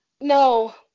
No